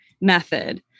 method